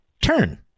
turn